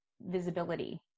visibility